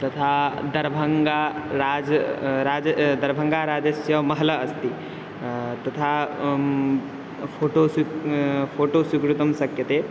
तथा दर्भङ्गाराज्यं राज्यं दर्भङ्गाराज्यस्य महल अस्ति तथा फ़ोटो स्वी फ़ोटो स्वीकर्तुं शक्यते